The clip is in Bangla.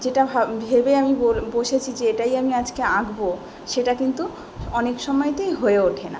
যেটা ভাব ভেবে আমি বসেছি যে এটাই আমি আজকে আঁকবো সেটা কিন্তু অনেক সময়তেই হয়ে ওঠে না